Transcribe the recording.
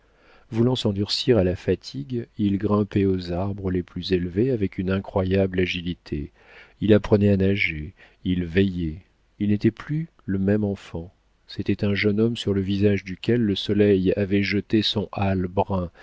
voulant s'endurcir à la fatigue il grimpait aux arbres les plus élevés avec une incroyable agilité il apprenait à nager il veillait il n'était plus le même enfant c'était un jeune homme sur le visage duquel le soleil avait jeté son hâle brun